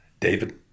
David